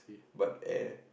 but air